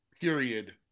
period